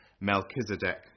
Melchizedek